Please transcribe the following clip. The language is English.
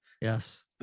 Yes